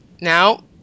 now